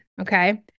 okay